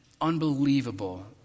unbelievable